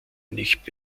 nicht